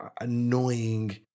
annoying